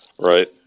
right